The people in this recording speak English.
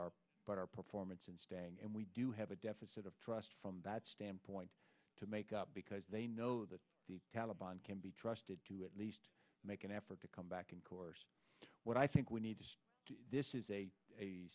our but our performance in staying and we do have a deficit of trust from that standpoint to make up because they know the taliban can be trusted to at least make an effort to come back in course what i think we need to do this is a